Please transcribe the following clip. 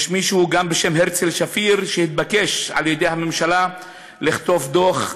יש מישהו בשם הרצל שפיר שהתבקש על-ידי הממשלה לכתוב דוח,